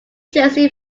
jersey